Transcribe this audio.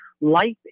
Life